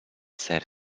ser